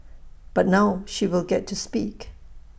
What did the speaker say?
but now she will get to speak